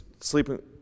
sleeping